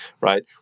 right